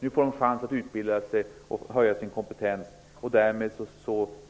Nu får man chansen att utbilda sig och höja sin kompetens. Därmed